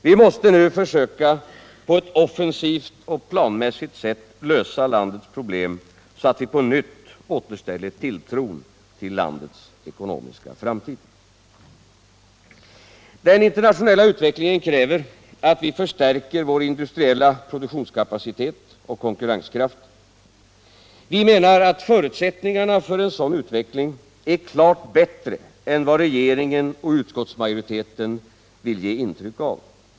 Vi måste på ett offensivt och planmässigt sätt lösa landets problem, så aut vi på nytt återställer tilltron till landets ekonomiska framtid. Den internationella utvecklingen kräver att vi förstärker vår industriella produktionskapacitet och konkurrenskraft. Vi menar att förutsättningarna för en sådan utveckling är klart bättre än vad regeringen och utskottsmajoriteten vill ge intryck av.